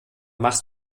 machst